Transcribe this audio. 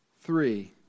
Three